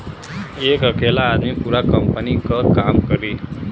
एक अकेला आदमी पूरा कंपनी क काम करी